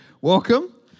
welcome